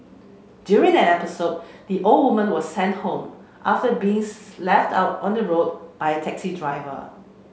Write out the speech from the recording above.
during an episode the old woman was sent home after beings left out on the road by a taxi driver